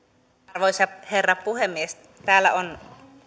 arvoisa herra puhemies täällä on